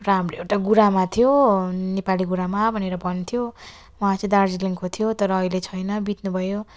र हाम्रो एउटा गुरुआमा थियो नेपाली गुरुआमा भनेर भन्थ्यो उहाँ चाहिँ दार्जिलिङको थियो तर अहिले छैन बित्नुभयो